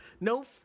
No